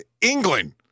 England